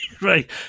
right